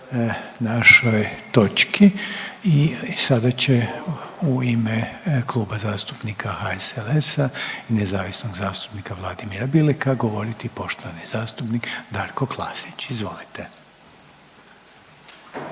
našoj točki i sada će u ime Kluba zastupnika HSLS-a i nezavisnog zastupnika Vladimira Bileka govoriti poštovani zastupnik Darko Klasić. Izvolite.